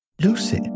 Lucy